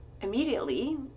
immediately